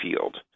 field